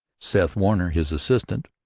seth warner, his assistant,